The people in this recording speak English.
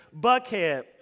Buckhead